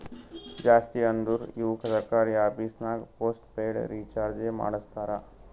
ಜಾಸ್ತಿ ಅಂದುರ್ ಇವು ಸರ್ಕಾರಿ ಆಫೀಸ್ನಾಗ್ ಪೋಸ್ಟ್ ಪೇಯ್ಡ್ ರೀಚಾರ್ಜೆ ಮಾಡಸ್ತಾರ